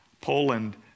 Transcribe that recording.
Poland